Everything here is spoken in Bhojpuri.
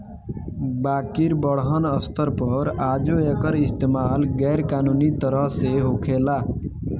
बाकिर बड़हन स्तर पर आजो एकर इस्तमाल गैर कानूनी तरह से होखेला